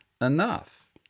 enough